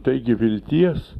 taigi vilties